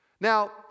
Now